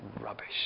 rubbish